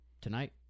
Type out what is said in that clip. tonight